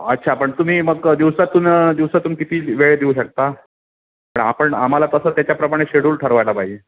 अच्छा पण तुम्ही मग दिवसातून दिवसातून किती वेळ देऊ शकता पण आपण आम्हाला कसं त्याच्याप्रमाणे शेड्युल ठरवायला पाहिजे